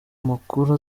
amakuru